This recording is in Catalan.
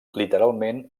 literalment